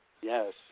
Yes